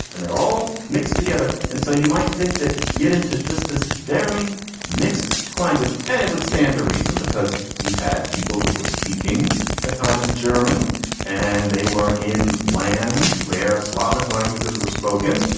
and they're all mixed together. and so you might think that yiddish is just this very mixed language. and it would stand to reason because you had people who were speaking a kind of german and they were in lands where slavic languages were spoken.